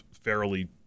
fairly